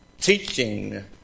Teaching